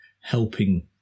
helping